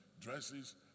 dresses